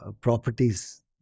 properties